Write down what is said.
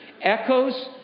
echoes